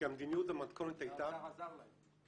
כי המדיניות והמתכונת הייתה ------ עזר להם?